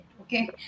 Okay